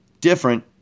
different